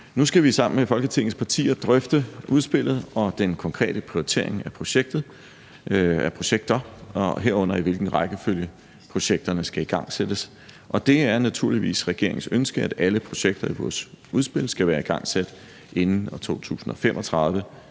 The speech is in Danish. Nu skal vi sammen med Folketingets partier drøfte udspillet og den konkrete prioritering af projekter, herunder i hvilken rækkefølge projekterne skal igangsættes. Og det er naturligvis regeringens ønske, at alle projekter i vores udspil skal være igangsat inden år 2035,